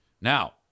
Now